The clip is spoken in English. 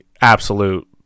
absolute